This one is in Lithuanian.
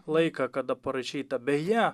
laiką kada parašyta beje